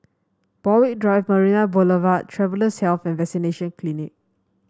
Borthwick Drive Marina Boulevard Travellers' Health and Vaccination Clinic